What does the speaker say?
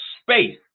space